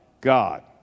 God